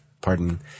pardon